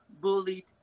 bullied